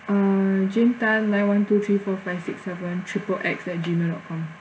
uh jane tan nine one two three four five six seven triple X at gmail dot com